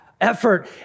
effort